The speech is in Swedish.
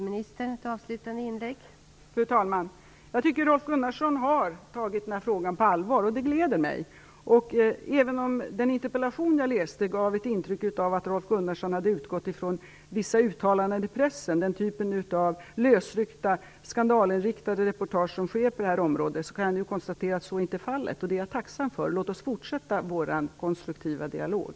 Fru talman! Jag tycker att Rolf Gunnarsson har tagit denna fråga på allvar, och det gläder mig. Även om den interpellation jag läste gav intryck av att Rolf Gunnarsson hade utgått ifrån vissa uttalanden i pressen - den typ av lösryckta, skandalinriktade reportage som sker på detta område - kan jag nu konstatera att så inte är fallet, och det är jag tacksam för. Låt oss fortsätta vår konstruktiva dialog.